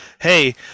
hey